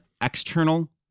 external